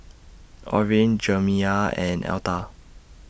Orene Jerimiah and Elta